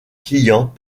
client